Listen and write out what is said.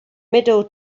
middle